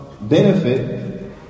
benefit